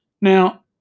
Now